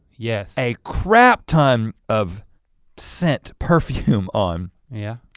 yes. a crap ton of scent, perfume on. yeah.